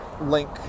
link